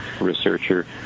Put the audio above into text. researcher